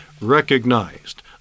recognized